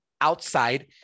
outside